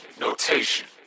notation